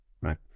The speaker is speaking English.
right